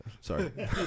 sorry